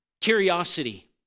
Curiosity